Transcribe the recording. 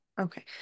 Okay